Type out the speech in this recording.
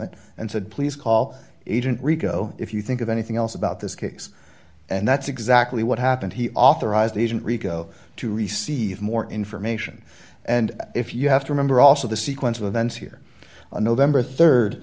it and said please call agent rico if you think of anything else about this case and that's exactly what happened he authorized agent rico to receive more information and if you have to remember also the sequence of events here on november